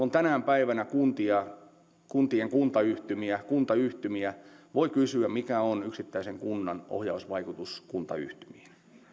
on tänä päivänä kuntia kuntayhtymiä kuntayhtymiä voi kysyä mikä on yksittäisen kunnan ohjausvaikutus kuntayhtymiin